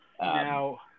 Now